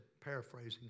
paraphrasing